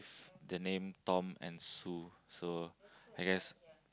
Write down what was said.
the name Tom and Sue so I guess